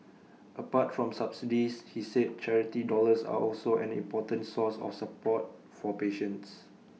apart from subsidies he said charity dollars are also an important source of support for patients